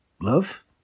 love